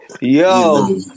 Yo